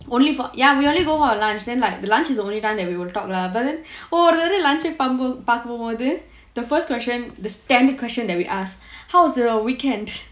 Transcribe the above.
ya we only go for lunch then like lunch is the only time that we will talk lah but then oh ஒரு தடவை:oru thadavai lunch பார்க்க போகும் போது:paarkka pogum pothu the first question the standard question that we ask how's your weekend